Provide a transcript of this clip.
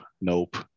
nope